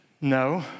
no